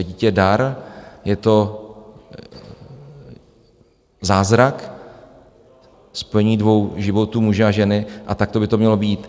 Dítě je dar, je to zázrak, spojení dvou životů, muže a ženy, a takto by to mělo být.